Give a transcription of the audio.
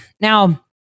Now